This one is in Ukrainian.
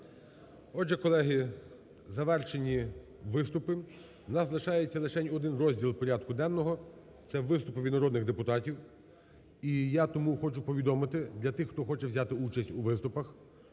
Отже, колеги, завершені виступи. В нас лишається лишень один розділ порядку денного – це виступи від народних депутатів. І я тому хочу повідомити для тих, хто хоче взяти участь у виступах,